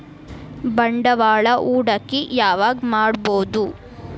ಬಂಡವಾಳ ಹೂಡಕಿ ಯಾವಾಗ್ ಮಾಡ್ಬಹುದು?